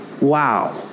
Wow